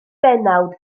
bennawd